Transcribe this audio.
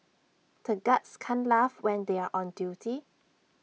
the guards can't laugh when they are on duty